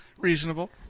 Reasonable